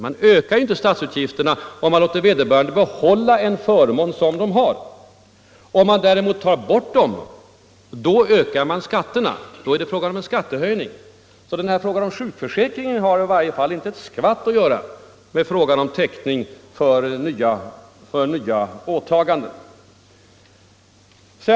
Man ökar ju inte statsutgifterna om man låter löntagarna behålla en förmån som de redan har. Om man däremot tar bort denna förmån, då ökar man skatterna — då är det fråga om en skattehöjning. Frågan om sjukförsäkringen har alltså inte ett skvatt att göra med frågan om täckning för nya åtaganden.